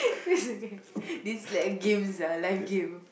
okay this like a game sia life game